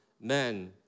men